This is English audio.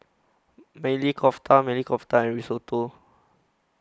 Maili Kofta Maili Kofta and Risotto